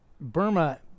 Burma